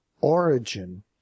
origin